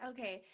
Okay